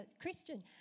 Christian